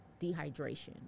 dehydration